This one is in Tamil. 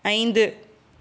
ஐந்து